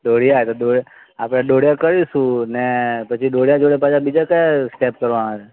દોઢીયા તો દોરી આપણે દોઢીયા કરીશું ને પછી દોઢીયા જોડે પાછા બીજા કયા સ્ટેપ કરવાના છે